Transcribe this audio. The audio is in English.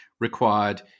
required